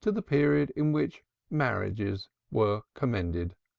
to the period in which marriages were commended.